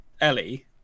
ellie